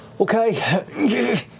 Okay